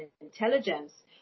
intelligence